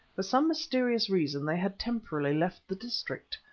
for some mysterious reason they had temporarily left the district.